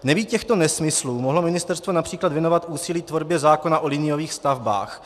Nebýt těchto nesmyslů, mohlo ministerstvo například věnovat úsilí tvorbě zákona o liniových stavbách.